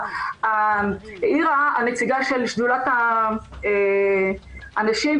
העירה נציגת שדולת הנשים,